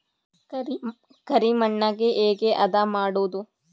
ಕರಿ ಮಣ್ಣಗೆ ಹೇಗೆ ಹದಾ ಮಾಡುದು?